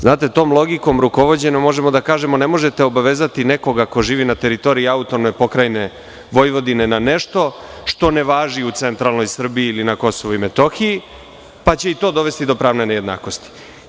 Znate, tom logikom rukovođenja možemo da kažemo – ne možete obavezati nekoga ko živi na teritoriji AP Vojvodine na nešto što ne važi u centralnoj Srbiji ili na Kosovu i Metohiji, pa će i to dovesti do pravne nejednakosti.